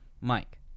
Mike